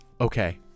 Okay